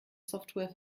software